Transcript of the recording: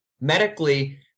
medically